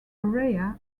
area